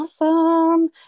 awesome